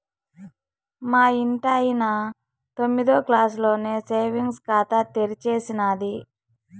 మా ఇంటాయన తొమ్మిదో క్లాసులోనే సేవింగ్స్ ఖాతా తెరిచేసినాది